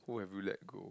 whoever will let go